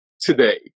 today